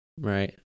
right